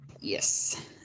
Yes